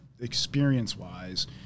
experience-wise